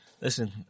Listen